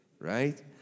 right